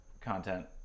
content